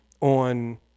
on